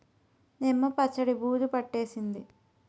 నిమ్మ పచ్చడి బూజు పట్టేసింది